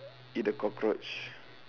eat a cockroach